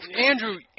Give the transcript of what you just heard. Andrew